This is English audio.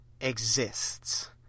exists